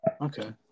Okay